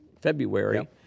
February